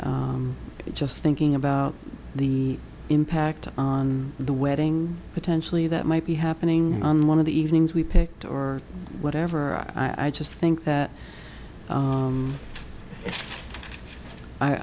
just thinking about the impact on the wedding potentially that might be happening on one of the evenings we picked or whatever i just think that